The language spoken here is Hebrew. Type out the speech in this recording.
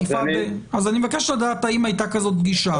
אני מבקש לדעת, האם הייתה פגישה כזאת?